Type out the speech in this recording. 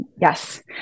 Yes